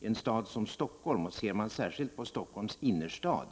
I en stad som Stockholm, och särskilt i Stockholms innerstad,